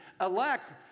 elect